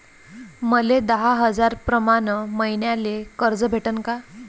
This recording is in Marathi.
मले दहा हजार प्रमाण मईन्याले कर्ज भेटन का?